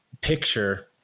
picture